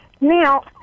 Now